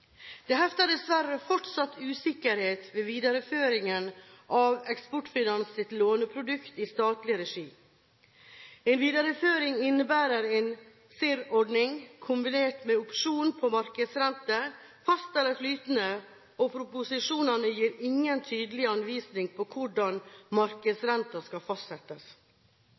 Det hefter dessverre fortsatt usikkerhet ved videreføringen av Eksportfinans’ låneprodukt i statlig regi. En videreføring innebærer en CIRR-ordning, kombinert med opsjon på markedsrente, fast eller flytende, og proposisjonene gir ingen tydelig anvisning på hvordan markedsrenten skal fastsettes.